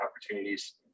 opportunities